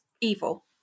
evil